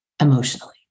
emotionally